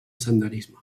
senderisme